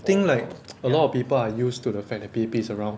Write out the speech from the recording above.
think like a lot of people are used to the fact that P_A_P is around